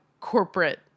corporate